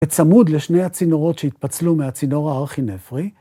בצמוד לשני הצינורות שהתפצלו מהצינור הארכינפרי.